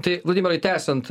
tai vladimirai tęsiant